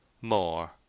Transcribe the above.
more